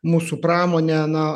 mūsų pramonė na